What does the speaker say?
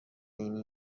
این